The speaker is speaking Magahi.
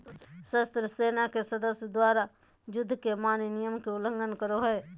सशस्त्र सेना के सदस्य द्वारा, युद्ध के मान्य नियम के उल्लंघन करो हइ